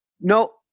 No